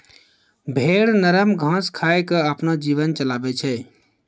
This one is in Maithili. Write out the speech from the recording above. भेड़ नरम घास खाय क आपनो जीवन चलाबै छै